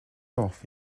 off